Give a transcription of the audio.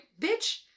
bitch